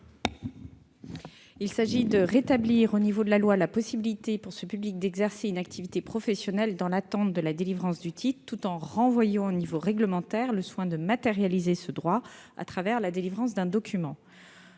Il s'agit de rétablir au niveau législatif la possibilité pour ce public d'exercer une activité professionnelle, dans l'attente de la délivrance du titre, tout en renvoyant au niveau réglementaire le soin de matérialiser ce droit à travers la délivrance d'un document.